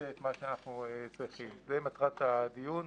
זאת מטרת הדיון,